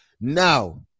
Now